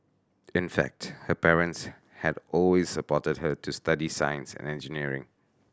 in fact her parents had always supported her to study science and engineering